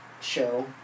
show